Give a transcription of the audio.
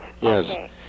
yes